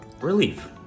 relief